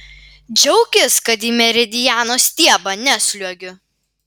džiaukis kad į meridiano stiebą nesliuogiu